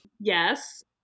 Yes